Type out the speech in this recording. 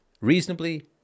reasonably